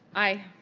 aye.